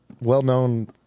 well-known